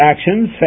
actions